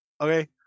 Okay